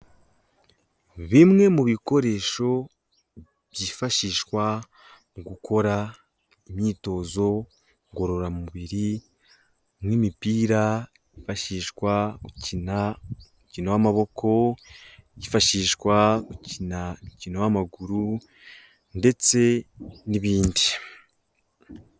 Bimwe mu bikoresho byifashishwa mu gukora imyitozo ngororamubiri nk'imipira yifashishwa gukina umukino w'amaboko, yifashishwa gukina umukino w'amaguru ndetse n'ibindi.